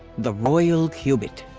the royal cubit.